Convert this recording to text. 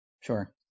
sure